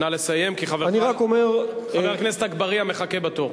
נא לסיים, כי חבר הכנסת אגבאריה מחכה בתור.